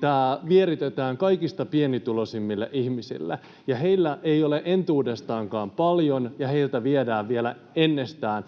tämä vieritetään kaikista pienituloisimmille ihmisille. Heillä ei ole entuudestaankaan paljon, ja heiltä viedään vielä entisestä